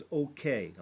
okay